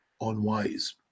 unwise